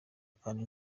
kandi